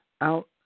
out